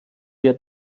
wir